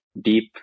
deep